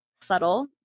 subtle